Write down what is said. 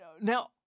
Now